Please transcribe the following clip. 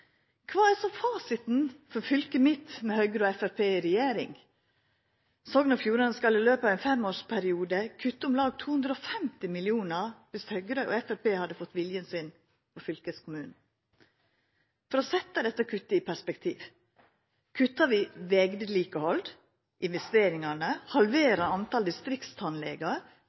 Kva er så fasiten for fylket mitt, med Høgre og Framstegspartiet i regjering? Sogn og Fjordane skal i løpet av ein femårsperiode kutta om lag 250 mill. kr dersom Høgre og Framstegspartiet hadde fått viljen sin i fylkeskommunen. For å setja dette kuttet i perspektiv: Kuttar vi i vegvedlikehaldsinvesteringane, halverer